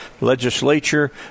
Legislature